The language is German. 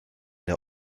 der